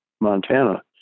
Montana